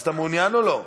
אז אתה מעוניין או לא?